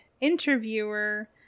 interviewer